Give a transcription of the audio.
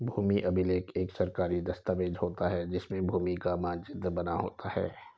भूमि अभिलेख एक सरकारी दस्तावेज होता है जिसमें भूमि का मानचित्र बना होता है